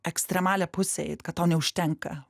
ekstremalią pusę eit kad tau neužtenka